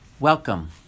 Welcome